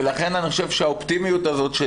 ולכן אני חושב שהאופטימיות הזאת של